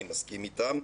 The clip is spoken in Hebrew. אני מסכים איתם.